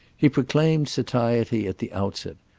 he proclaimed satiety at the outset,